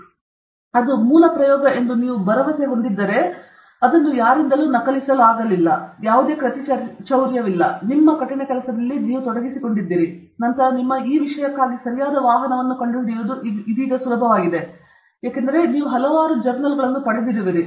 ಆದ್ದರಿಂದ ಅದು ಮೂಲ ಎಂದು ನೀವು ಭರವಸೆ ಹೊಂದಿದ್ದರೆ ಅದನ್ನು ನಕಲಿಸಲಾಗಿಲ್ಲ ಯಾವುದೇ ಕೃತಿಚೌರ್ಯವಿಲ್ಲ ನಿಮ್ಮ ಹಾರ್ಡ್ ಕೆಲಸದಲ್ಲಿ ನೀವು ತೊಡಗಿಸಿಕೊಂಡಿದ್ದೀರಿ ನಂತರ ನಿಮ್ಮ ಈ ವಿಷಯಕ್ಕಾಗಿ ಸರಿಯಾದ ವಾಹನವನ್ನು ಕಂಡುಹಿಡಿಯುವುದು ಇದೀಗ ಸುಲಭವಾಗಿದೆ ಏಕೆಂದರೆ ನೀವು ಹಲವು ಜರ್ನಲ್ಗಳನ್ನು ಪಡೆದಿರುವಿರಿ ಸರಿ